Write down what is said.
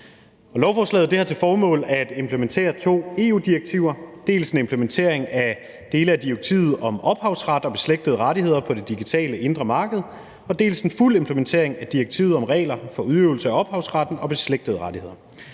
Lovforslaget har til formål at implementere to EU-direktiver, dels en implementering af dele af direktivet om ophavsret og beslægtede rettigheder på det digitale indre marked, dels en fuld implementering af direktivet om regler for udøvelse af ophavsretten og beslægtede rettigheder.